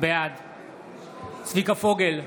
בעד צביקה פוגל,